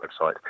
website